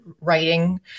writing